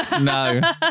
no